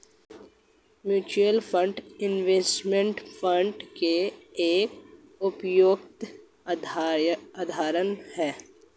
mutual fund investment fund का एक उपयुक्त उदाहरण है